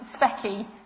specky